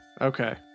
Okay